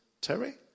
Terry